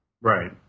Right